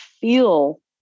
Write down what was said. feel